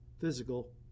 physical